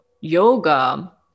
yoga